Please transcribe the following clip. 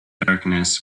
darkness